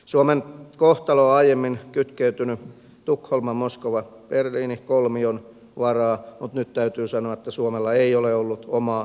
suomen kohtalo on aiemmin kytkeytynyt tukholmamoskovaberliini kolmion varaan mutta nyt täytyy sanoa että suomella ei ole ollut omaa talouspolitiikkaa